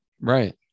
Right